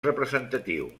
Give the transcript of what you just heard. representatiu